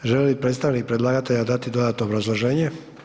Želi li predstavnik predlagatelja dati dodatno obrazloženje?